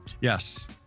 Yes